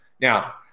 Now